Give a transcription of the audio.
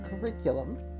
Curriculum